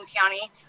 County